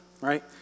right